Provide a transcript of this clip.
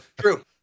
true